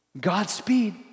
Godspeed